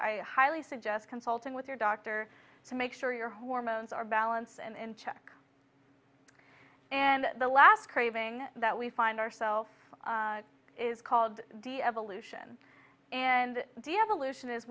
i highly suggest consulting with your doctor to make sure your hormones are balanced and check and the last craving that we find ourselves is called the evolution and the evolution is